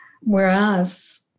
whereas